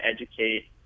educate